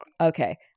Okay